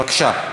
בבקשה.